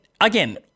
again